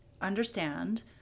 Understand